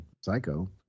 psycho